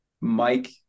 mike